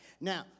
now